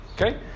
Okay